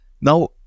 now